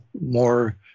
more